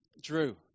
Drew